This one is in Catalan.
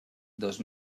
dos